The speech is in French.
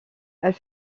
elle